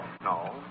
no